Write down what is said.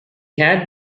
had